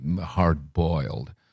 hard-boiled